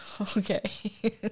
Okay